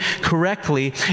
correctly